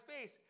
face